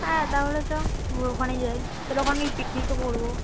হ্যাঁ তাহলে চল ও ওখানে যাই তাহলে ওখানে পিকনিকও করব